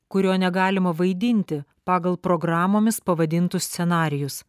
kurio negalima vaidinti pagal programomis pavadintus scenarijus